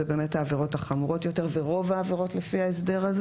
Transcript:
העבירות החמורות יותר ואלה רוב העבירות לפי ההסדר הזה